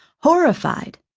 horrified.